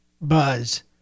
buzz